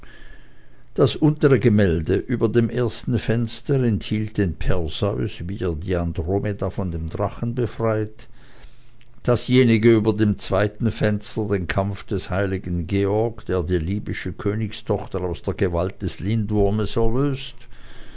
das untere gemälde über dem ersten fenster enthielt den perseus wie er die andromeda von dem drachen befreit dasjenige über dem zweiten fenster den kampf des heiligen georg der die libysche königstochter aus der gewalt des lindwurmes erlöst